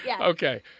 Okay